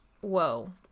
whoa